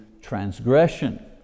transgression